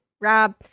rob